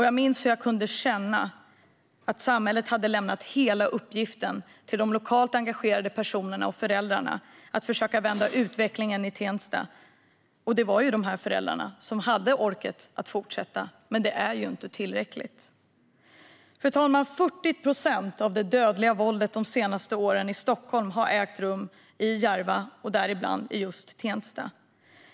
Jag minns hur jag kunde känna att samhället hade lämnat hela uppgiften till de lokalt engagerade personerna och föräldrarna att försöka vända utvecklingen i Tensta. Det var just dessa föräldrar som hade orken att fortsätta, men det är inte tillräckligt. Fru talman! De senaste åren har 40 procent av det dödliga våldet i Stockholm ägt rum i Järva och i bland annat Tensta.